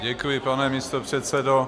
Děkuji, pane místopředsedo.